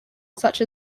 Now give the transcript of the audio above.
such